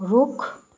रुख